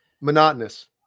Monotonous